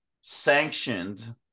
sanctioned